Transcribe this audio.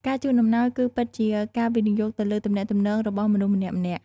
ការជូនអំណោយ គឺពិតជាការវិនិយោគទៅលើទំនាក់ទំនងរបស់មនុស្សម្នាក់ៗ។